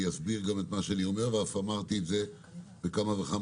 אסביר את מה שאני אומר ואף אמרתי את זה בכמה וכמה